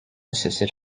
assisted